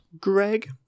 Greg